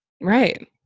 Right